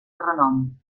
renom